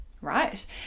right